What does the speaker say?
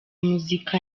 muzika